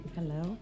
Hello